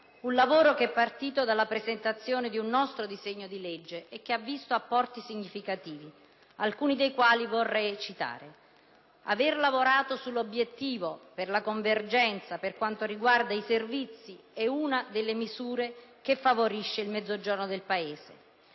Un lavoro che è partito dalla presentazione di un nostro disegno di legge e che ha visto apporti significativi, alcuni dei quali vorrei citare. Innanzi tutto, l'aver lavorato sull'obiettivo per la convergenza per quanto riguarda i servizi è una delle misure che favorisce il Mezzogiorno del Paese.